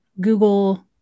Google